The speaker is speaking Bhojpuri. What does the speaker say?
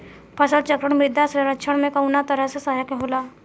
फसल चक्रण मृदा संरक्षण में कउना तरह से सहायक होला?